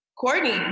Courtney